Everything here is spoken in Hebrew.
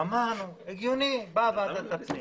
לחצרים הגיוני שוועדת הפנים